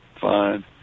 fine